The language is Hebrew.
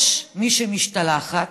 יש מי שמשתלחת